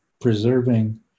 preserving